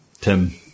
Tim